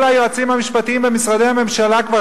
כל היועצים המשפטיים במשרדי הממשלה כבר